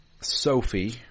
Sophie